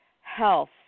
health